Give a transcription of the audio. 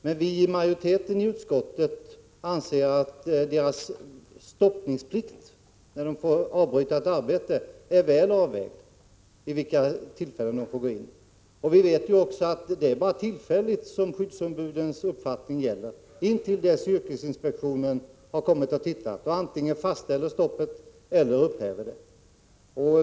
Men majoriteten i utskottet anser att deras stoppningsplikt, när de får gå in och avbryta ett arbete, är väl avvägd. Vi vet ju också att det är bara tillfälligt som skyddsombudens uppfattning gäller, nämligen intill dess yrkesinspektionen har kommit till platsen och antingen fastställer stoppet eller upphäver det.